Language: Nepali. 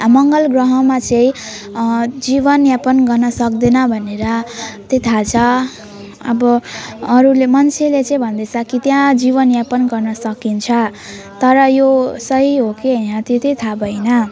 मङ्गल ग्रहमा चाहिँ जीवनयापन गर्न सक्दैन भनेर चाहिँ थाहा छ अब अरूले मान्छेले चाहिँ भन्दैछ कि त्यहाँ जीवनयापन गर्नसकिन्छ तर यो सही हो कि होइन त्यो चाहिँ थाहा भएन